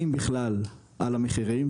אם בכלל על המחירים,